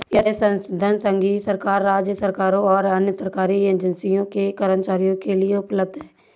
यह संसाधन संघीय सरकार, राज्य सरकारों और अन्य सरकारी एजेंसियों के कर्मचारियों के लिए उपलब्ध है